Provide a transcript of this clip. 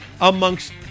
amongst